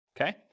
okay